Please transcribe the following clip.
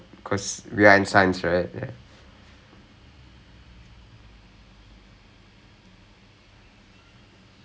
oh okay ah right so எனக்கு வந்து:enakku vanthu I have to take one from that and நா:naa so I have to now I'm doing one